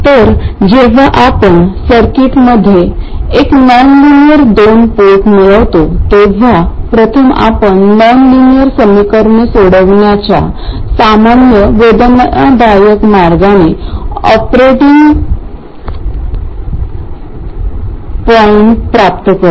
तर जेव्हा आपण सर्किटमध्ये एक नॉनलीनेअर दोन पोर्ट मिळवितो तेव्हा प्रथम आपण नॉनलीनेअर समीकरणे सोडवण्याच्या सामान्य वेदनादायक मार्गाने ऑपरेटिंग पॉईंट प्राप्त करतो